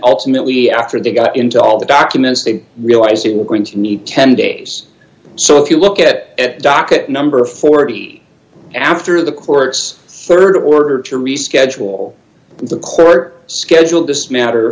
ultimately after they got into all the documents they realized they were going to need ten days so if you look at it docket number forty after the clerk's rd order to reschedule the court scheduled this matter